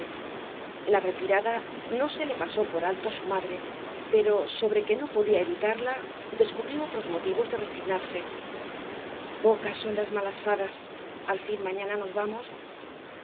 la retirada no se le pasó por alto á su madre pero sobre que no podía evitarla descubrió otros motivos de resignarse pocas son las malas fadas al fin mañana nos vamos